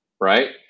right